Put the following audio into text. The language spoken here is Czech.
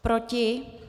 Proti?